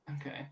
okay